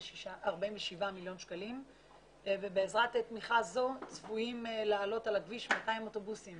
מיליון שקלים ובעזרת תמיכה זו צפויים לעלות על הכביש 200 אוטובוסים